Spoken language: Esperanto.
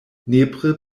nepre